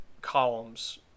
columns